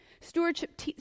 Stewardship